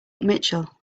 mitchell